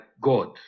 God